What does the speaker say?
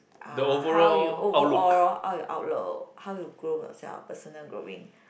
uh how you overall how your outlook how you groom yourself personal growing